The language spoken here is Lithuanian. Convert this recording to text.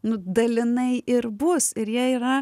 nu dalinai ir bus ir jie yra